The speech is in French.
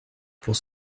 pour